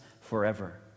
forever